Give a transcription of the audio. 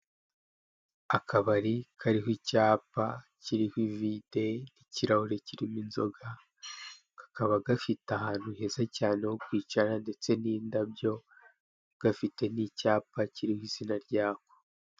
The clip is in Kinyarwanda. Akabari kariho icyapa kiriho ivide n'ikirahuri kirimo inzoga, kakaba gafite ahantu heza cyane ho kwicara ndetse n'indabyo, gafite n'icyapa kiriho izina ry'ako.